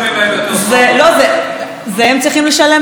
לא, זה הם צריכים לשלם לנו.